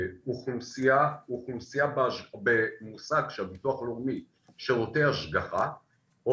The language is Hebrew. אוכלוסייה מוכרת רווחה או